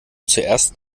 zuerst